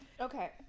Okay